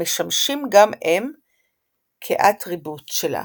המשמשים גם הם כאטריבוט שלה.